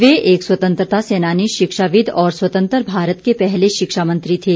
वे एक स्वतंत्रता सेनानी शिक्षाविद और स्वतंत्र भारत के पहले शिक्षा मंत्री थे